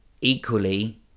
equally